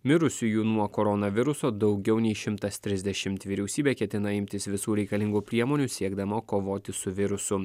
mirusiųjų nuo koronaviruso daugiau nei šimtas trisdešimt vyriausybė ketina imtis visų reikalingų priemonių siekdama kovoti su virusu